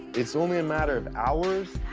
it's only a matter of hours.